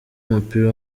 w’umupira